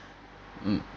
mm